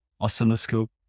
oscilloscope